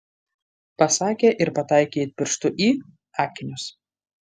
pasakė ir pataikė it pirštu į akinius